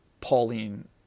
Pauline